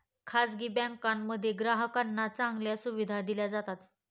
खासगी बँकांमध्ये ग्राहकांना चांगल्या सुविधा दिल्या जातात